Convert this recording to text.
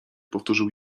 powtórzył